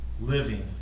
living